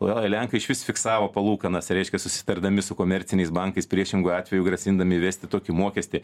oi lenkai išvis fiksavo palūkanas reiškia susitardami su komerciniais bankais priešingu atveju grasindami įvesti tokį mokestį